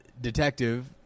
detective